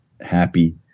happy